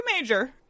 major